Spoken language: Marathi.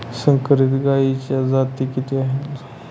संकरित गायीच्या जाती किती आहेत?